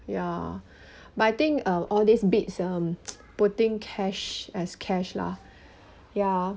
ya but I think um all these beats um putting cash as cash lah ya